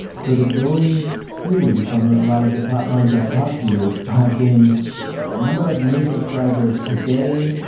so the going theory from a lot of the top lines that i've talked to have been number of new subscribers per day,